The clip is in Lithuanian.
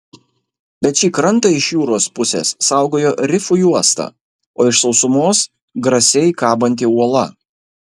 bet šį krantą iš jūros pusės saugojo rifų juosta o iš sausumos grasiai kabanti uola